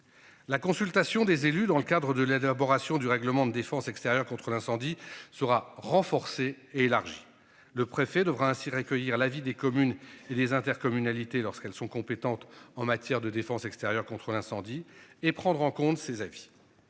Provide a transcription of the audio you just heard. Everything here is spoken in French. La consultation des élus dans le cadre de l'élaboration du règlement de défense extérieure contre l'incendie sera renforcé et élargi le préfet devra ainsi recueillir l'avis des communes et les intercommunalités, lorsqu'elles sont compétentes en matière de défense extérieure contre l'incendie et prendre en compte ces avis.